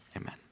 Amen